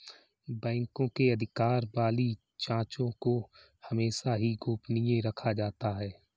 बैंकों के अधिकार वाली जांचों को हमेशा ही गोपनीय रखा जाता है